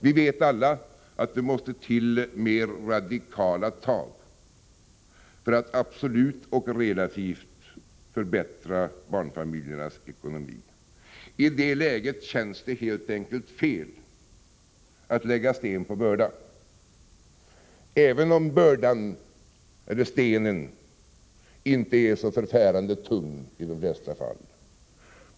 Vi vet alla att det måste till mer radikala tag för att absolut och relativt förbättra barnfamiljernas ekonomi. I det läget känns det helt enkelt fel att lägga sten på börda, även om bördan eller stenen i de flesta fall inte är så förfärande tung.